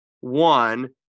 one